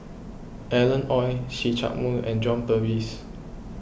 Alan Oei See Chak Mun and John Purvis